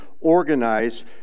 organize